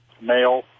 male